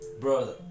brother